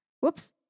Whoops